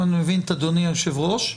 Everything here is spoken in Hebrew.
אם אני מבין את אדוני היושב ראש,